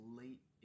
late